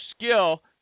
skill